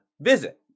Visit